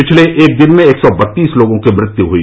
पिछले एक दिन में एक सौ बत्तीस लोगों की मृत्यु हुई